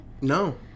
No